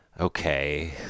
okay